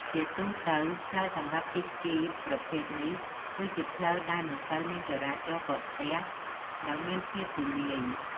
ជាទូទៅ ផ្លូវសម្រាប់ជិះស្គីប្រភេទនេះគឺជាផ្លូវដែលមិនសូវមានចរាចរណ៍កកស្ទះ និងមានភាពទូលាយ។